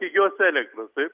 pigios elektros taip